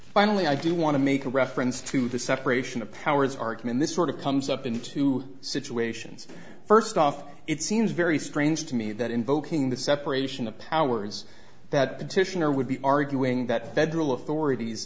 finally i do want to make reference to the separation of powers argument this sort of comes up in two situations first off it seems very strange to me that invoking the separation of powers that petitioner would be arguing that federal authorities